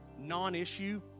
non-issue